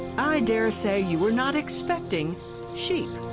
i daresay you were not expecting sheep.